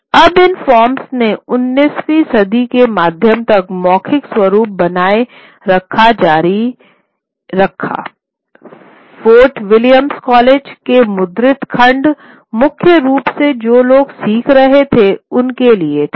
अब इस फॉर्म ने उन्नीसवीं सदी के मध्य तक मौखिक स्वरूप बनाए रखना जारी रखा फोर्ट विलियम्स कॉलेज के मुद्रित खंड मुख्य रूप से जो लोग सीख रहे थे उनके लिए थे